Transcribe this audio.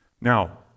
Now